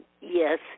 Yes